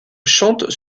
chante